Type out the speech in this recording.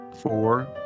four